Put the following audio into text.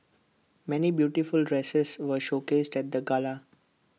many beautiful dresses were showcased at the gala